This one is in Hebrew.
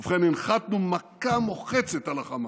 ובכן, הנחתנו מכה מוחצת על החמאס,